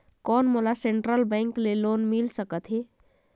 कौन मोला central bank ले लोन मिल सकथे?